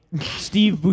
Steve